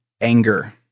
anger